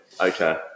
okay